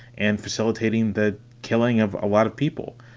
and facilitating the killing of a lot of people.